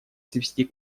свести